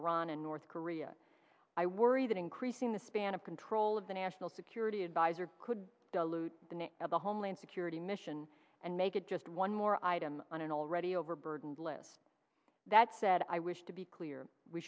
iran and north korea i worry that increasing the span of control of the national security adviser could dilute the news of the homeland security mission and make it just one more item on an already overburdened list that said i wish to be clear we